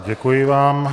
Děkuji vám.